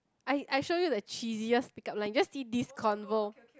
I I show you the cheesiest pick up line just see this convo